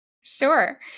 Sure